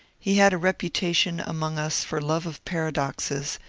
he had a reputation among us for love of paradoxes,